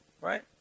right